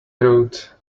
road